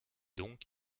donc